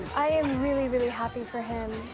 i am really really happy for him.